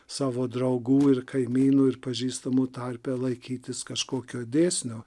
savo draugų ir kaimynų ir pažįstamų tarpe laikytis kažkokio dėsnio